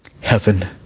Heaven